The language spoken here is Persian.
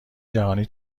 جهانی